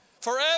forever